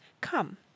Come